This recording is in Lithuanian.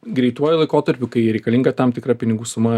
greituoju laikotarpiu kai reikalinga tam tikra pinigų suma